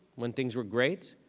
when things were great.